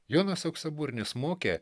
jonas auksaburnis mokė